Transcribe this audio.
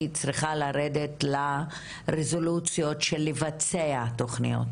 צריכה לרדת לרזולוציות של לבצע תוכניות.